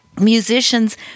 musicians